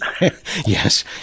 yes